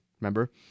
remember